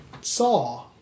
saw